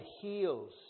heals